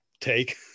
take